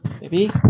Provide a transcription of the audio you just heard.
Baby